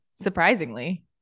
Surprisingly